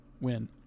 win